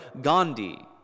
Gandhi